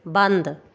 बन्द